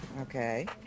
okay